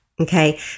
okay